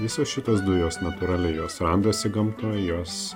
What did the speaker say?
visos šitos dujos natūraliai jos randasi gamtoje jos